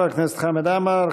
תודה לחבר הכנסת חמד עמאר.